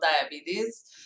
diabetes